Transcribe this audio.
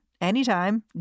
Anytime